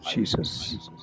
Jesus